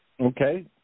Okay